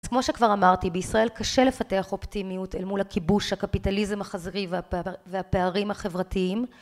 אז כמו שכבר אמרתי, בישראל קשה לפתח אופטימיות אל מול הכיבוש, הקפיטליזם החזירי והפערים החברתיים